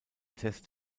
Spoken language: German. test